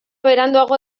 beranduago